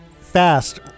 fast